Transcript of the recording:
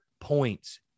points